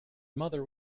mother